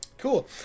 Cool